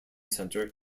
centre